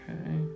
okay